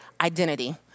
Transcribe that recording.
identity